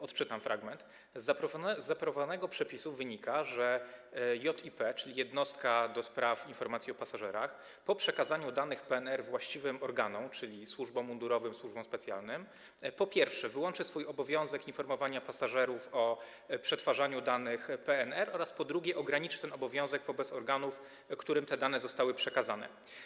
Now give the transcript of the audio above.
Odczytam fragment: Z zaproponowanego przepisu wynika, że JIP, czyli jednostka do spraw informacji o pasażerach, po przekazaniu danych PNR właściwym organom, czyli służbom mundurowym, służbom specjalnym, po pierwsze, wyłączy swój obowiązek informowania pasażerów o przetwarzaniu danych PNR oraz, po drugie, ograniczy ten obowiązek wobec organów, którym te dane zostały przekazane.